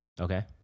Okay